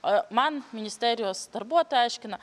o man ministerijos darbuotojai aiškina